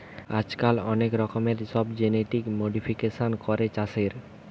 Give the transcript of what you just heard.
আজকাল অনেক রকমের সব জেনেটিক মোডিফিকেশান করে চাষের